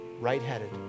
right-headed